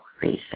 reason